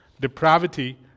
Depravity